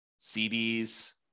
CDs